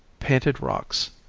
painted rocks,